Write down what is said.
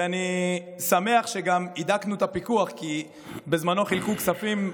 זה כי ברוך השם הפלנו אתכם אז לא הספקתם.